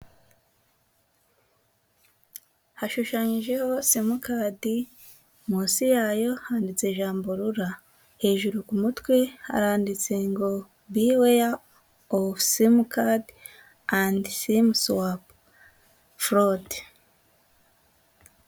Hashushanyijeho simukadi, munsi yayo handitse ijambo RURA. Hejuru ku mutwe haranditse ngo biweya ofu simukadi andi simuswapu forodi.